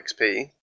XP